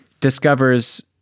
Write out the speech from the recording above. discovers